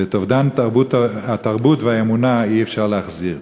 ואת אובדן התרבות והאמונה אי-אפשר להחזיר.